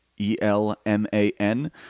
E-L-M-A-N